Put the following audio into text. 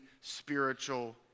spiritual